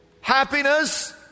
happiness